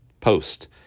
post